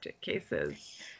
cases